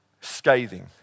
scathing